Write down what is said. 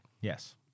Yes